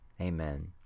amen